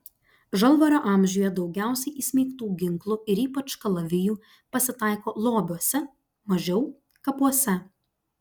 žalvario amžiuje daugiausiai įsmeigtų ginklų ir ypač kalavijų pasitaiko lobiuose mažiau kapuose